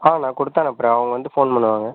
ஆ நான் கொடுத்து அனுப்புறன் அவங்க வந்து ஃபோன் பண்ணுவாங்க